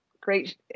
great